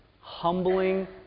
humbling